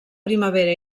primavera